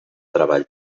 treball